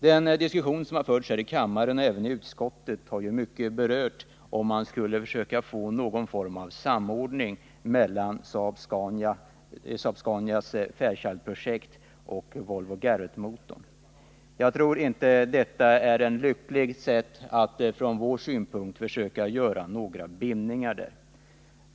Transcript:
Den diskussion som har förts här i kammaren och även i utskottet har i mycket handlat om huruvida man skulle kunna få till stånd en samordning mellan Saab-Scanias Fairchildprojekt och Volvo-Garrettmotorn. Jag tror inte att det från vår synpunkt vore lyckligt om man försökte göra några bindningar här.